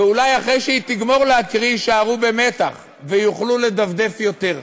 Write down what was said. ואולי אחרי שהיא תגמור להקריא הם יישארו במתח ויוכלו לדפדף יותר.